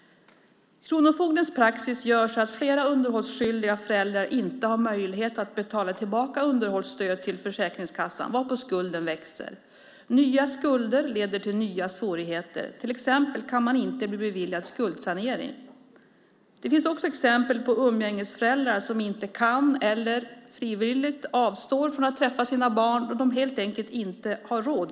Kronofogdemyndighetens praxis gör att flera underhållsskyldiga föräldrar inte har möjlighet att betala tillbaka underhållsstöd till Försäkringskassan, varpå skulden växer. Nya skulder leder till nya svårigheter, till exempel kan man inte bli beviljad skuldsanering. Det finns också exempel på umgängesföräldrar som inte kan eller frivilligt avstår från att träffa sina barn då de helt enkelt inte har råd.